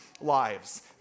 lives